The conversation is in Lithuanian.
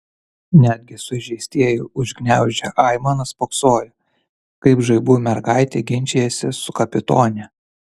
netgi sužeistieji užgniaužę aimanas spoksojo kaip žaibų mergaitė ginčijasi su kapitone